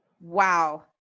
Wow